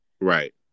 right